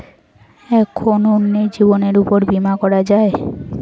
কখন অন্যের জীবনের উপর বীমা করা যায়?